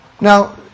Now